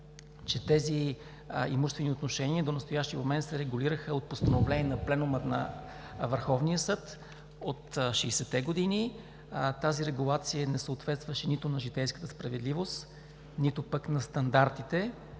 че тези имуществени отношения до настоящия момент се регулираха от Постановление на Пленума на Върховния съд от 60-те години и тази регулация не съответстваше нито на житейската справедливост, нито на стандартите,